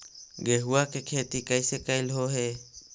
गेहूआ के खेती कैसे कैलहो हे?